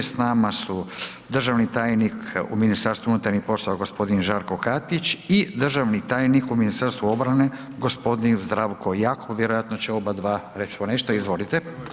S nama su državni tajnik u MUP-u g. Žarko Katić i državni tajnik u Ministarstvu obrane g. Zdravko Jakop, vjerojatno će obadva reć ponešto, izvolite.